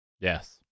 Yes